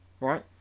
right